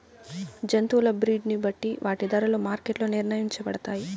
జంతువుల బ్రీడ్ ని బట్టి వాటి ధరలు మార్కెట్ లో నిర్ణయించబడతాయి